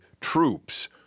troops